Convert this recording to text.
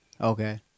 Okay